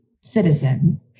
citizen